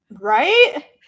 Right